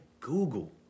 Google